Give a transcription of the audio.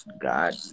God